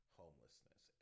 homelessness